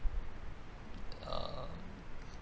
uh